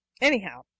anyhow